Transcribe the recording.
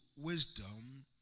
wisdom